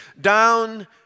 down